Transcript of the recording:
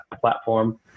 platform